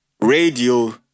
radio